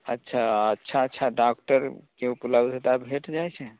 अच्छा अच्छा अच्छा डाक्टरके उपलब्धता भेट जाइ छै